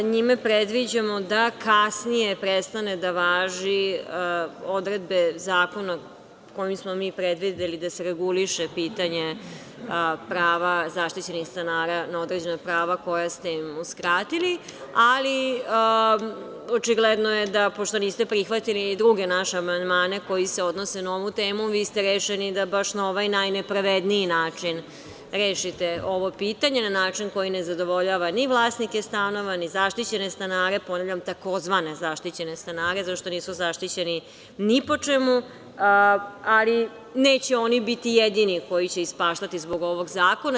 NJime predviđamo da kasnije prestanu da važe odredbe zakona kojim smo mi predvideli da se reguliše pitanje prava zaštićenih stanara na određena prava koja ste im uskratili, ali očigledno je da pošto niste prihvatili druge naše amandmane koji se odnose na ovu temu, vi ste rešeni da baš na ovaj najnepravedniji način rešite ovo pitanje, a način koji ne zadovoljava ni vlasnike stanova, ni zaštićene stanare, ponavljam takozvane zaštićene stanare, zato što nisu zaštićeni ni po čemu, ali neće oni biti jedini koji će ispaštati zbog ovog zakona.